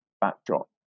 backdrop